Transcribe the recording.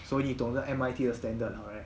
so 你懂得 M_I_T 的 standard liao right